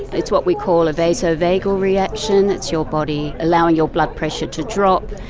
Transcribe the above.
it's what we call a vasovagal reaction, it's your body allowing your blood pressure to drop,